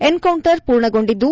encounter ಪೂರ್ಣಗೊಂಡಿದ್ದು